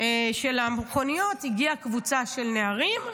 של המכוניות הגיעה קבוצה של נערים,